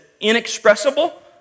inexpressible